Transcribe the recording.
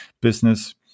business